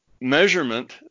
measurement